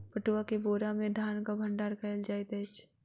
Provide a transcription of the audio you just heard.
पटुआ के बोरा में धानक भण्डार कयल जाइत अछि